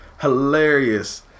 Hilarious